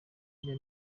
rya